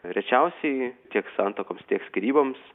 rečiausiai tiek santuokoms tiek skyryboms